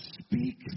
speak